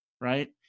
right